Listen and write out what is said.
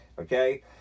okay